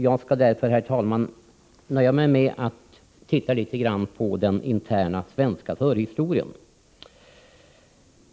Jag skall därför nöja mig med att titta litet på den interna svenska förhistorien.